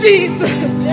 Jesus